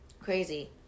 Crazy